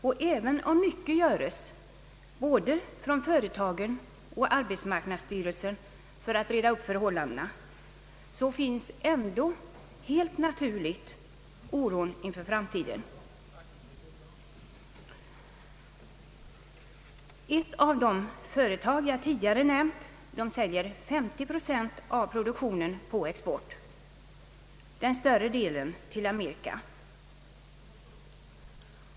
Och även om mycket göres både från företagen och arbetsmarknadsstyrelsen för att reda upp förhållandena så finns ändå helt naturligt oron inför framtiden. Ett av de företag jag här avser säljer 530 procent av produktionen på export, den större delen till Amerika.